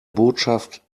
botschaft